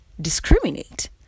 discriminate